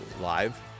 live